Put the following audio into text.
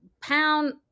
Pound